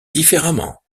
différemment